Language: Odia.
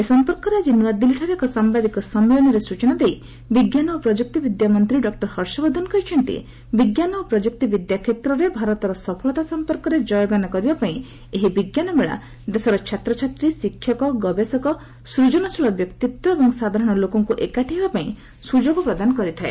ଏ ସମ୍ପର୍କରେ ଆଜି ନୂଆଦିଲ୍ଲୀଠାରେ ଏକ ସାମ୍ବାଦିକ ସମ୍ମିଳନୀରେ ସ୍ଚଚନା ଦେଇ ବିଜ୍ଞାନ ଓ ପ୍ରଯୁକ୍ତି ବିଦ୍ୟା ମନ୍ତ୍ରୀ ଡକ୍ଟର ହର୍ଷବର୍ଦ୍ଧନ କହିଛନ୍ତି ବିଜ୍ଞାନ ଓ ପ୍ରସୁକ୍ତି ବିଦ୍ୟା କ୍ଷେତ୍ରରେ ଭାରତର ସଫଳତା ସମ୍ପର୍କରେ ଜୟଗାନ କରିବାପାଇଁ ଏହି ବିଜ୍ଞାନ ମେଳା ଦେଶର ଛାତ୍ରଛାତ୍ରୀ ଶିକ୍ଷକ ଗବେଷକ ସୂଜନଶୀଳ ବ୍ୟକ୍ତିତ୍ୱ ଏବଂ ସାଧାରଣ ଲୋକଙ୍କ ଏକାଠି ହେବାପାଇଁ ସ୍ରଯୋଗ ପ୍ରଦାନ କରିଥାଏ